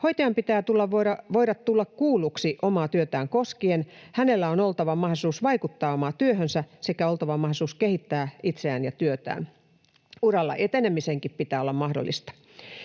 Hoitajan pitää voida tulla kuulluksi omaa työtään koskien. Hänellä on oltava mahdollisuus vaikuttaa omaan työhönsä sekä mahdollisuus kehittää itseään ja työtään. Uralla etenemisenkin pitää olla mahdollista.